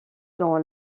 dans